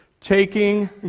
taking